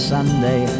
Sunday